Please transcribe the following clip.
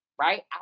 right